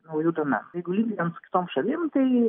naujų domenų jeigu lyginant su kitom šalim tai